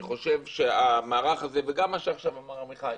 המערך הזה וגם מה שאמר עכשיו עמיחי,